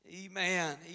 Amen